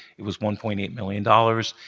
it was one point eight million dollars.